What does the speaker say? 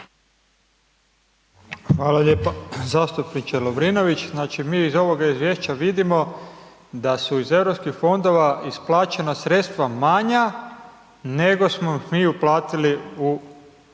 Hvala lijepa zastupniče Lovrinović. Znači mi iz ovog izvješća vidimo da su iz EU fondova isplaćena sredstva manja nego smo ih mi uplatili u EU